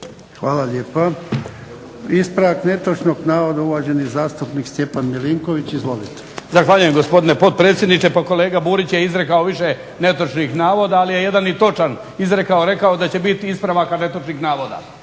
Hvala lijepa. Ispravak netočnog navoda, uvaženi zastupnik Stjepan Milinković. Izvolite. **Milinković, Stjepan (HDZ)** Zahvaljujem gospodine potpredsjedniče. Pa kolega Burić je izrekao više netočnih navoda, ali je jedan i točan izrekao. Rekao je da će biti ispravaka netočnih navoda.